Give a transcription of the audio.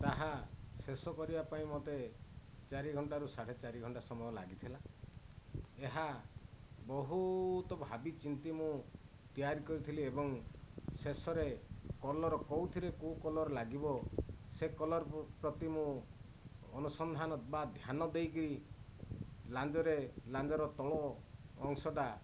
ତାହା ଶେଷ କରିବା ପାଇଁ ମୋତେ ଚାରି ଘଣ୍ଟାରୁ ସାଢ଼େ ଚାରି ଘଣ୍ଟା ସମୟ ଲାଗିଥିଲା ଏହା ବହୁତ ଭାବିଚିନ୍ତି ମୁଁ ତିଆରି କରିଥିଲି ଏବଂ ଶେଷରେ କଲର କେଉଁଥିରେ କେଉଁ କଲର୍ ଲାଗିବ ସେ କଲର୍ ପ୍ରତି ମୁଁ ଅନୁସନ୍ଧାନ ବା ଧ୍ୟାନ ଦେଇକରି ଲାଞ୍ଜରେ ଲାଞ୍ଜର ତଳ ଅଂଶଟା